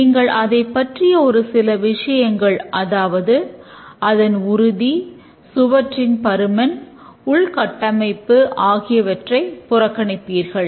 நீங்கள் அதைப் பற்றிய ஒரு சில விஷயங்கள் அதாவது அதன் உறுதி சுவற்றின் பருமன் உள்கட்டமைப்பு ஆகியவற்றை புறக்கணிப்பீர்கள்